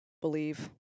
believe